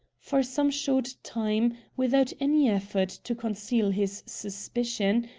for some short time, without any effort to conceal his suspicion,